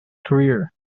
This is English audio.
career